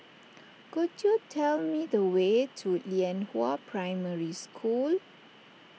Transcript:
could you tell me the way to Lianhua Primary School